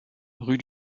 rue